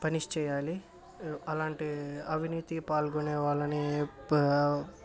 punish చేయాలి అలాంటి అవినీతి పాల్గొనే వాళ్ళని ప